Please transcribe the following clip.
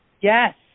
yes